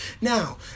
Now